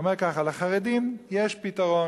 והוא אומר ככה: לחרדים יש פתרון,